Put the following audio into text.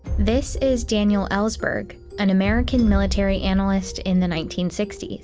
this is daniel ellsberg, an american military analyst in the nineteen sixty s.